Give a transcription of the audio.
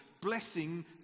blessing